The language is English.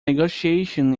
negotiation